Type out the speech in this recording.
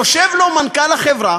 יושב לו מנכ"ל החברה